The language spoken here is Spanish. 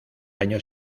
año